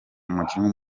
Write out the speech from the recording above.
umukinnyi